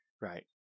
Right